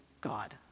God